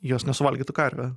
jos nesuvalgytų karvė